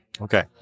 okay